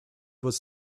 was